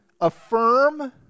affirm